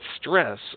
stress